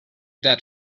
that